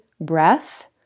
breath